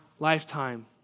lifetime